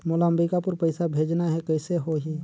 मोला अम्बिकापुर पइसा भेजना है, कइसे होही?